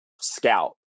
scout